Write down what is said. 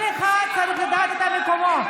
כל אחד צריך לדעת את מקומו.